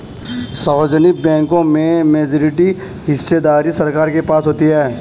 सार्वजनिक बैंकों में मेजॉरिटी हिस्सेदारी सरकार के पास होती है